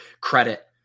credit